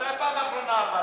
מתי בפעם האחרונה עבדת?